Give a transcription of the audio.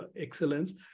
excellence